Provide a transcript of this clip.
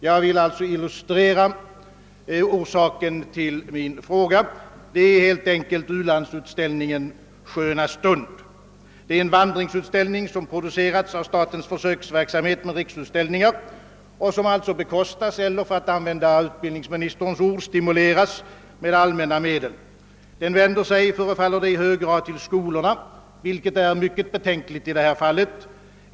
Jag vill illustrera orsaken till min fråga — det är helt enkelt u-landsutställningen »Sköna stund». Det är en vandringsutställning som producerats av statens försöksverksamhet med riksutställningar och som alltså bekostas eller — för att använda utbildningsministerns ord — stimuleras med allmänna medel. Den vänder sig, förefaller det, i hög grad till skolorna, något som i detta fall är mycket betänkligt.